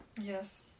Yes